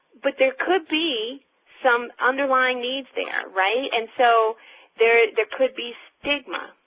but there could be some underlying needs there, right? and so there there could be stigma,